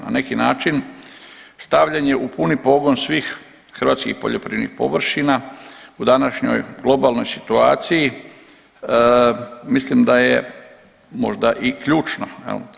Na neki način stavljanje u puni pogon svih hrvatskih poljoprivrednih površina u današnjoj globalnoj situaciji mislim da je možda i ključno jel.